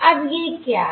अब ये क्या हैं